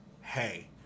hey